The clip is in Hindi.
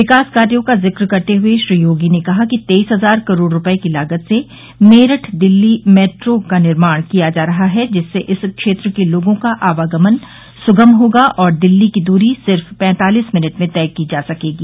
विकास कार्यो का जिक करते हुए श्री योगी ने कहा कि तेईस हज़ार करोड़ रूपये की लागत से मेरठ दिल्ली मेट्रो का निर्माण किया जा रहा है जिससे इस क्षेत्र के लोगों का आवागमन सुगम होगा और दिल्ली की दूरी सिर्फ पैंतालिस मिनट में तय की जा सकेगी